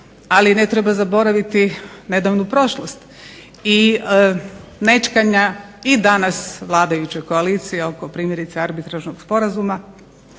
ali ne treba zaboraviti nedavnu prošlost i nećkanja i danas vladajuće koalicije oko arbitražnog sporazuma,